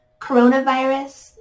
coronavirus